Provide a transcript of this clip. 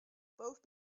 both